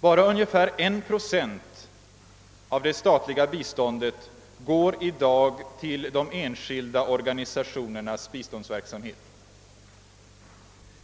Bara ungefär 1 procent av det statliga biståndet går i dag till de enskilda organisationernas biståndsverksamhet.